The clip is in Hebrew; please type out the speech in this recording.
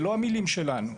זה לא המילים שלנו.